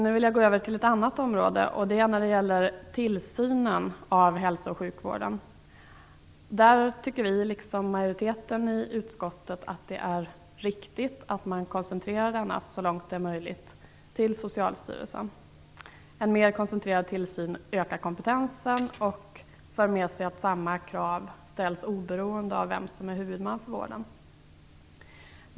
När det gäller tillsynen av hälso och sjukvården anser vi liksom majoriteten i utskottet att det är riktigt att man koncentrerar denna så långt det är möjligt till Socialstyrelsen. En mer koncentrerad tillsyn ökar kompetensen och medför att samma krav ställs oberoende av vem som är huvudman för vården.